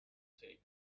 take